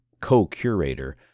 co-curator